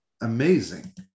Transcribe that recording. amazing